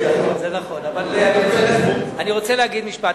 זה נכון, אבל אני רוצה להגיד משפט.